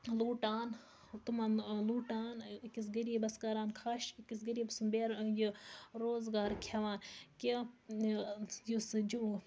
لوٗٹان تِمَن لوٗٹان أکِس غریٖبَس کَران خَش أکِس غریٖب سُنٛد یہِ روزگار کھٮ۪وان کیٚنٛہہ یُس یہِ